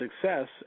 success